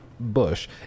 Bush